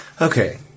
Okay